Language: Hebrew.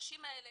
הנשים האלה